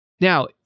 Now